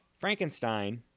Frankenstein